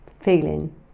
feeling